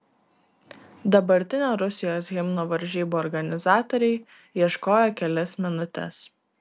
dabartinio rusijos himno varžybų organizatoriai ieškojo kelias minutes